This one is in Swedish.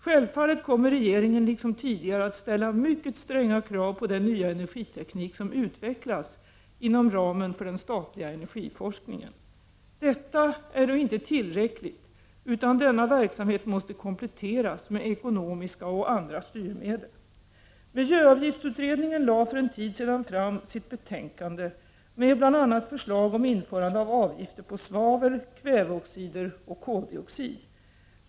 Självfallet kommer regeringen liksom tidigare att ställa mycket stränga krav på den nya energiteknik som utvecklas inom ramen för den statliga energiforskningen. Detta är dock inte tillräckligt, utan denna verksamhet måste kompletteras med ekonomiska och andra styrmedel. Miljöavgiftsutredningen lade för en tid sedan fram sitt betänkande med bl.a. förslag om införande av avgifter på svavel, kväveoxider och koldioxid.